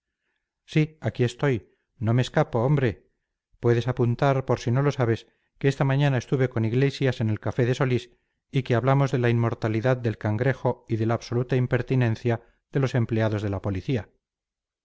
sí aquí estoy no me escapo hombre puedes apuntar por si no lo sabes que esta mañana estuve con iglesias en el café de solís y que hablamos de la inmortalidad del cangrejo y de la absoluta impertinencia de los empleados de la policía